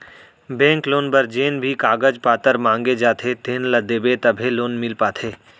bank loan बर जेन भी कागज पातर मांगे जाथे तेन ल देबे तभे लोन मिल पाथे